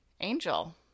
Angel